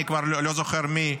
אני כבר לא זוכר מי,